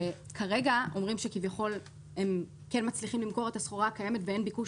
שכרגע אומרים שהם מצליחים למכור את הסחורה הקיימת ואין ביקוש